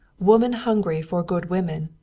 woman-hungry for good women,